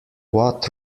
what